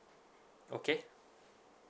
okay